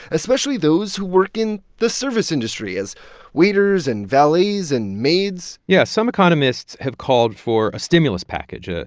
especially those who work in the service industry as waiters and valets and maids yeah, some economists have called for a stimulus package, and